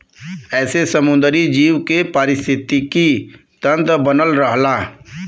एसे समुंदरी जीव के पारिस्थितिकी तन्त्र बनल रहला